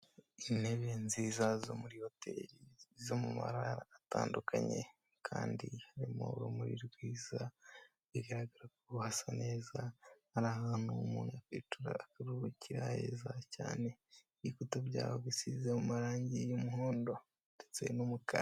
Intebe nziza zo muri hoteli z'amabara atandukanye kandi harimo urumuri rwiza bigaragara ko hasa neza hari ahantutu umuntu akwitura akaruhukira heza cyane ibikuta byawe bisize mu marangi y'umuhondo ndetse n'umukara.